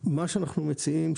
מה שאנחנו מציעים,